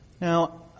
Now